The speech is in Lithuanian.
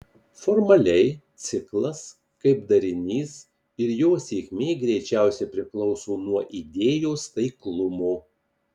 formaliai ciklas kaip darinys ir jo sėkmė greičiausiai priklauso nuo idėjos taiklumo